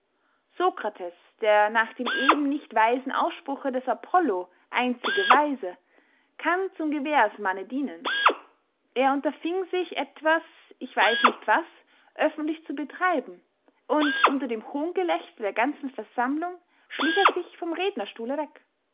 sokrates der nach dem eben nicht weisen ausspruche des apollo einzige weise kann zum gewährsmanne dienen er unterfieng sich etwas ich weiß nicht was öffentlich zu betreiben und unter dem hohngelächter der ganzen versammlung schlich er sich vom rednerstuhle weg